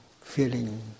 feeling